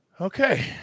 Okay